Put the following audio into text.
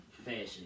fashion